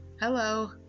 hello